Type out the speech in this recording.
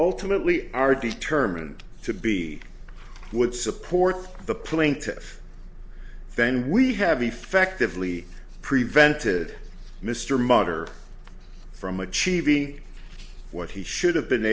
ultimately are determined to be would support the plaintiff then we have effectively prevented mr munder from achieving what he should have been